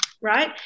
right